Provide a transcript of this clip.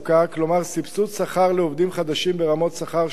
כלומר סבסוד שכר לעובדים חדשים ברמות שכר שונות,